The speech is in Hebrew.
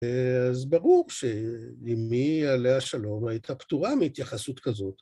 אז ברור שאמי עליה שלום הייתה פטורה מהתייחסות כזאת.